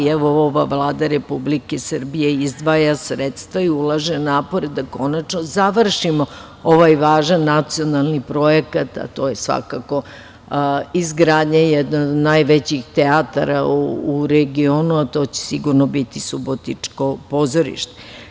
Ova Vlada Republike Srbije izdvaja sredstva i ulaže napore da konačno završimo ovaj važan nacionalni projekat, a to je svakako izgradnja jednog od najvećih teatara u regionu, a to će sigurno biti subotičko pozorište.